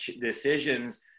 decisions